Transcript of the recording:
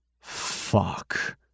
Fuck